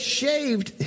shaved